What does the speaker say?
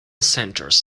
centers